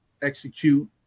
execute